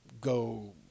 go